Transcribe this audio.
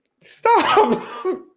stop